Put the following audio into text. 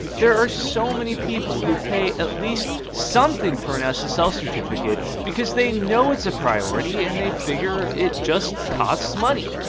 there are so many people who pay at least something for an ssl so certificate, because they know it's a priority and they figure it just costs money.